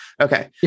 Okay